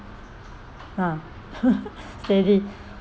ah steady